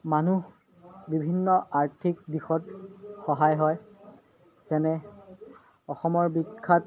মানুহ বিভিন্ন আৰ্থিক দিশত সহায় হয় যেনে অসমৰ বিখ্যাত